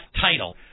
title